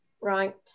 Right